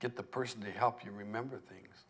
get the person to help you remember things